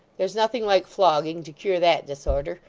there's nothing like flogging to cure that disorder.